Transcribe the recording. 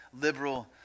liberal